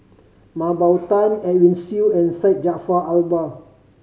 Mah Bow Tan Edwin Siew and Syed Jaafar Albar